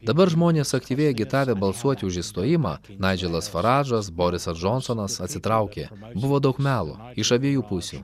dabar žmonės aktyviai agitavę balsuoti už išstojimą naidželas faradžas borisas džonsonas atsitraukė buvo daug melo iš abiejų pusių